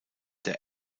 der